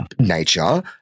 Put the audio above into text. nature